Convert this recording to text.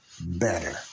better